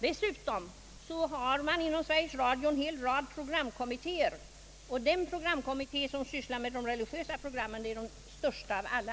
Dessutom finns det inom Sveriges Radio en hel rad programkommittéer, och den programkommitté som sysslar med de religiösa programmen är den största av dem alla.